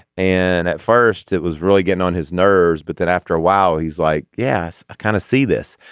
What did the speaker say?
and at first it was really getting on his nerves. but then after a while he's like yes i kind of see this.